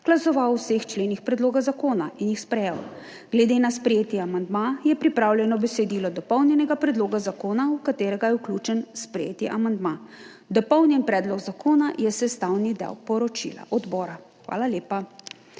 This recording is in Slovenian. glasoval o vseh členih predloga zakona in jih sprejel. Glede na sprejeti amandma je pripravljeno besedilo dopolnjenega predloga zakona, v katerega je vključen sprejeti amandma. Dopolnjeni predlog zakona je sestavni del poročila odbora. Hvala lepa.